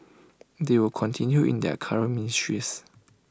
they will continue in their current ministries